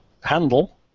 handle